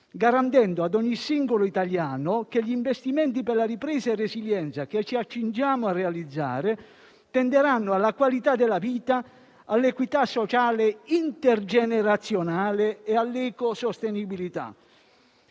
garantendo ad ogni singolo italiano che gli investimenti per la ripresa e la resilienza, che ci accingiamo a realizzare, tenderanno alla qualità della vita, all'equità sociale intergenerazionale e all'ecosostenibilità.